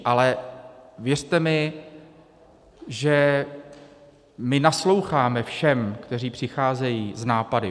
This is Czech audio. Ale věřte mi, že my nasloucháme všem, kteří přicházejí s nápady.